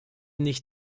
nicht